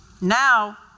Now